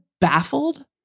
baffled